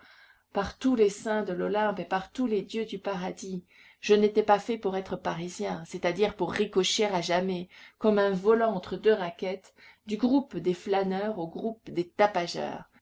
par tous les saints de l'olympe et par tous les dieux du paradis je n'étais pas fait pour être parisien c'est-à-dire pour ricocher à jamais comme un volant entre deux raquettes du groupe des flâneurs au groupe des tapageurs